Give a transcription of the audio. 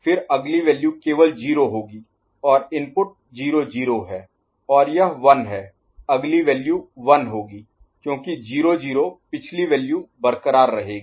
फिर अगली वैल्यू केवल 0 होगी और इनपुट 0 0 है और यह 1 है अगली वैल्यू 1 होगी क्योंकि 0 0 पिछली वैल्यू बरक़रार रहेगी